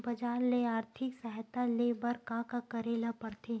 बजार ले आर्थिक सहायता ले बर का का करे ल पड़थे?